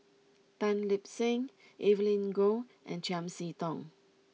Tan Lip Seng Evelyn Goh and Chiam See Tong